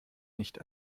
nicht